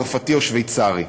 צרפתי או שוויצרי.